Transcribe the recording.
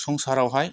संसारावहाय